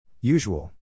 Usual